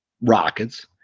Rockets